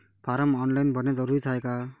Form online भरने जरुरीचे हाय का?